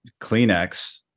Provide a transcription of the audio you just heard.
Kleenex